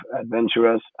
adventurous